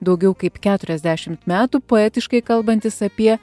daugiau kaip keturiasdešimt metų poetiškai kalbantis apie